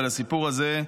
ולסיפור הזה,